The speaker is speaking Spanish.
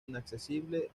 inaccesible